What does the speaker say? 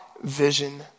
vision